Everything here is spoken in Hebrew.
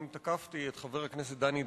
אם תקפתי את חבר הכנסת דני דנון,